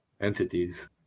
entities